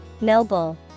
Noble